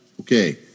Okay